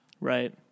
Right